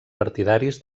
partidaris